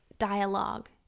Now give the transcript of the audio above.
dialogue